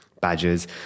badges